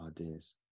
ideas